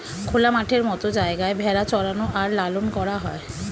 খোলা মাঠের মত জায়গায় ভেড়া চরানো আর লালন করা হয়